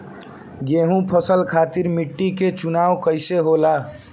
गेंहू फसल खातिर मिट्टी के चुनाव कईसे होला?